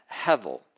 hevel